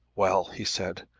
well, he said,